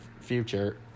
Future